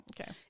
Okay